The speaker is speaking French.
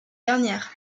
dernière